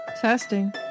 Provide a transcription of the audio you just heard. Testing